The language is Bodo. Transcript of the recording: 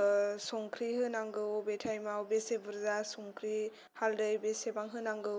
आह संख्रि होनांगौ अबे टाइमाव बेसे बुर्जा संख्रि हालदै बेसेबां होनांगौ